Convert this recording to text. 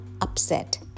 upset